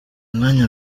mwanya